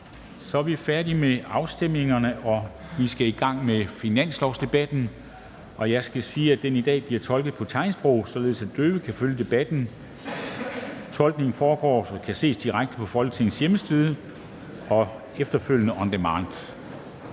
Så er vi færdige med afstemningerne, og vi skal i gang med finanslovsdebatten. Jeg skal sige, at den i dag bliver tolket på tegnsprog, således at døve kan følge debatten. Tolkningen foregår, så den kan ses direkte på Folketingets hjemmeside og efterfølgende »on demand«.